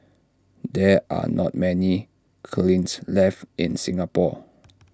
there are not many kilns left in Singapore